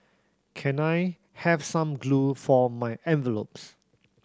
can I have some glue for my envelopes